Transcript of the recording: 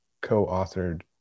co-authored